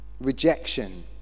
Rejection